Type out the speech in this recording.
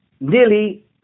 Nearly